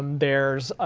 there's.